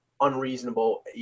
unreasonable